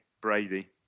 Brady